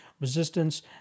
resistance